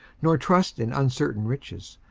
nor trust in uncertain riches,